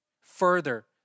further